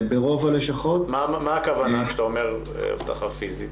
ברוב הלשכות --- מה הכוונה כשאתה אומר "אבטחה פיזית"?